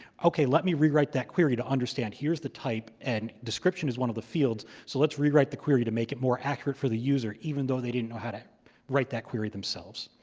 ok, let me rewrite that query to understand here's the type. and description is one of the fields. so let's rewrite the query to make it more accurate for the user, even though they didn't know how to write that query themselves.